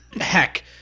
Heck